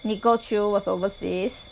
nicole choo was overseas